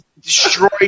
destroyed